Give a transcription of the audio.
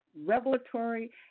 revelatory